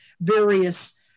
various